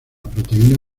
proteína